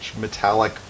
metallic